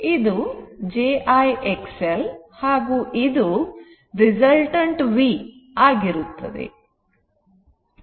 ಇದು j I XL ಹಾಗೂ ಇದು resultant V ಆಗಿರುತ್ತದೆ